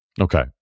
Okay